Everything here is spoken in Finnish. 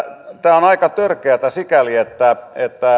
tämä on aika törkeätä sikäli että